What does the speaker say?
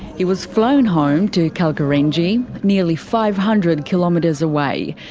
he was flown home to kalkarindji, nearly five hundred kilometres away,